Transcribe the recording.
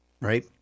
right